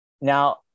Now